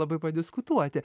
labai padiskutuoti